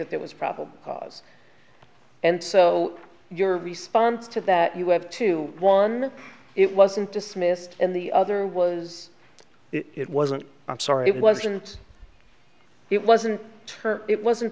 there was probably cause and so your response to that you have to one it wasn't dismissed and the other was it wasn't i'm sorry it wasn't it wasn't her it wasn't